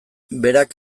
berak